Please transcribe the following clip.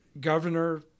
governor